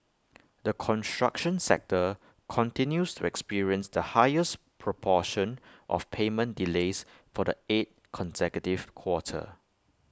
the construction sector continues to experience the highest proportion of payment delays for the eighth consecutive quarter